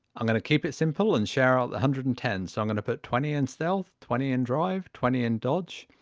i'm going to keep it simple and share out the one hundred and ten, so i'm going to put twenty in stealth, twenty and drive, twenty in dodge,